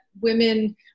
women